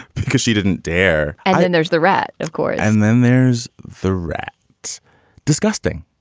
because she didn't dare. and then there's the red, of course. and then there's the red. it's disgusting.